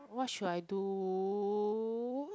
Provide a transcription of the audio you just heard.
what should I do